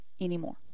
anymore